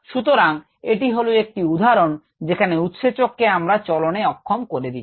সুতরাং এটি হলো একটি উদাহরণ যেখানে উৎসেচক কে আমরা চলনে অক্ষম করে দিচ্ছি